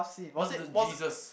no the Jesus